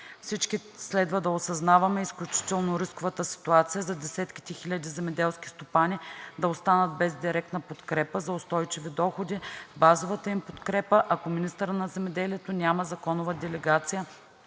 Всички следва да осъзнаваме изключително рисковата ситуация за десетките хиляди земеделски стопани да останат без директна подкрепа за устойчиви доходи, базовата им подкрепа, ако министърът на земеделието няма законова делегация